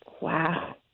Wow